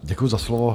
Děkuji za slovo.